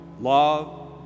love